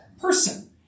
person